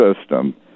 system